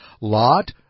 Lot